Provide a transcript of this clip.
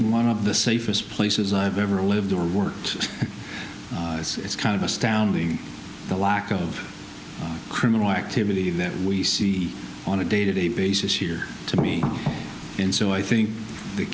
one of the safest places i've ever lived or worked it's kind of astounding the lack of criminal activity that we see on a day to day basis here to me and so i think the